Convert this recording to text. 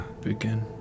begin